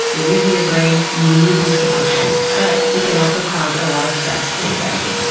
you're using your brain. you need these to function, but they can also cause a lot of stress and anxiety.